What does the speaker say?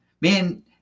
man